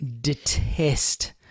detest